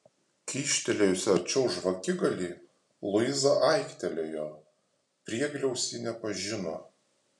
kyštelėjusi arčiau žvakigalį luiza aiktelėjo priegliaus ji nepažino